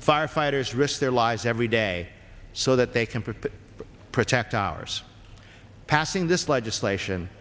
firefighters risk their lives we day so that they can put project hours passing this legislation